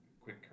quick